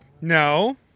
No